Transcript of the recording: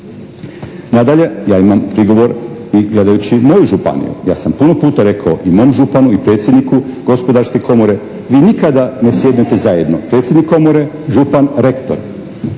Nadalje, ja imam prigovor i gledajući moju županiju. Ja sam puno puta rekao i mom županu i predsjedniku gospodarske komore, vi nikada ne sjednete zajedno, predsjednik komore, župan, rektor.